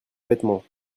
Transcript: vêtements